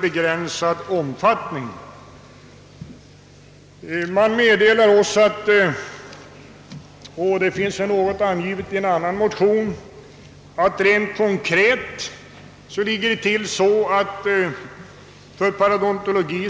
begränsad synvinkel? Man har meddelat oss att det såväl i Lund, Stockholm som Umeå finns kompetenta personer för professurer i parodontologi.